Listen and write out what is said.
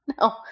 No